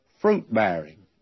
fruit-bearing